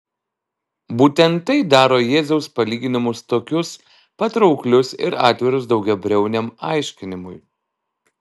būtent tai daro jėzaus palyginimus tokius patrauklius ir atvirus daugiabriauniam aiškinimui